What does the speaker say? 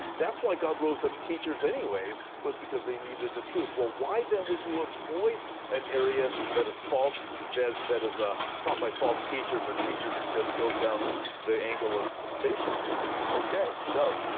that is why god rose up teachers anyways was because they needed the truth. well, why then would you avoid an area that is false, that that is ah taught by false teachers or teachers who just go down the angle of sensationalism? okay, so,